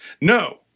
No